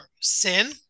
sin